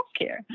healthcare